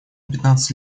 пятнадцать